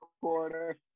quarter